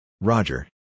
Roger